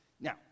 Now